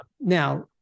Now